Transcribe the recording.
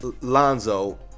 Lonzo